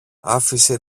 άφησε